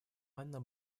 анна